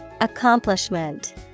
Accomplishment